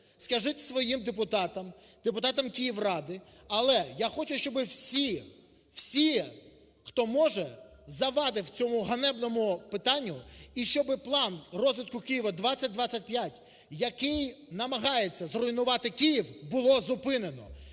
Скажіть своїм депутатам, депутатам Київради, але я хочу, щоб всі, всі, хто може завадив цьому ганебному питанню і, щоб план розвитку Києва 2020-2025, який намагається зруйнувати Київ, було зупинено.